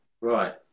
Right